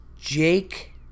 Jake